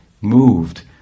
moved